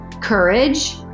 courage